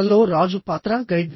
నవలలో రాజు పాత్ర గైడ్